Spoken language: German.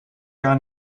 gar